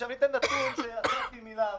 עכשיו, את הנתון הזה אספתי מלה"ב.